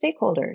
stakeholders